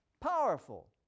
powerful